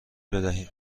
بدهیم